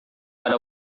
pada